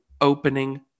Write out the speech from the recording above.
opening